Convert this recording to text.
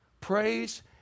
praise